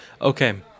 Okay